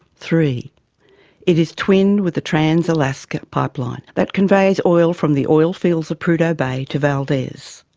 three it is twinned with the trans-alaska pipeline that conveys oil from the oilfields of prudhoe bay to valdez.